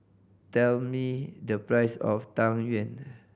tell me the price of Tang Yuen